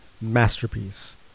Masterpiece